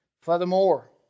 Furthermore